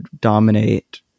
dominate